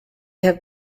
have